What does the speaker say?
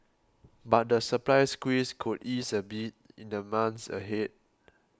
but the supply squeeze could ease a bit in the months ahead